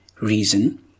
reason